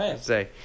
Say